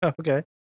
Okay